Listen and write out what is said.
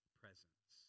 presence